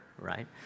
right